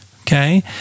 Okay